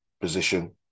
position